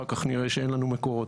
אחר כך נראה שאין לנו מקורות.